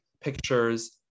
pictures